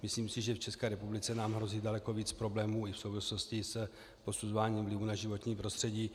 Myslím si, že v České republice nám hrozí daleko víc problémů i v souvislosti s posuzováním vlivu na životní prostředí.